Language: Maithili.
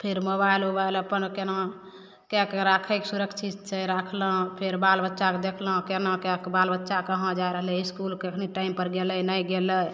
फेर मोबाइल उबाइल अपन केना कए कऽ राखय सुरक्षित से राखलहुँ फेर बाल बच्चाके देखलहुँ केना कए कऽ बाल बच्चा कहाँ जाइ रहलय इसकुल कखनी टाइमपर गेलय नहि गेलय